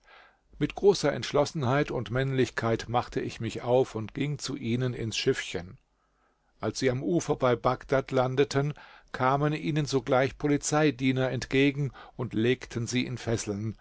mit großer entschlossenheit und männlichkeit machte ich mich auf und ging zu ihnen ins schiffchen als sie am ufer bei bagdad landeten kamen ihnen sogleich polizeidiener entgegen und legten sie in fesseln